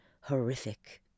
horrific